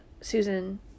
Susan